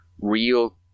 real